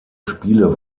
spiele